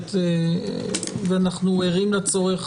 מוגברת ואנחנו ערים לצורך